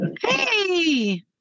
Hey